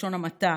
בלשון המעטה,